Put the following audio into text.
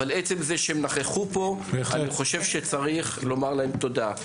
אבל עצם זה שהם נכחו פה אני חושב שצריך לומר להם תודה.